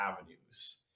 avenues